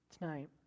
tonight